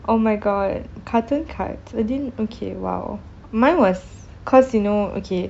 oh my god carton cuts I didn't okay !wow! mine was cause you know okay